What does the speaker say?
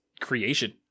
creation